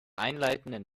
einleitenden